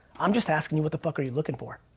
i'm just asking you, what the fuck are you looking for?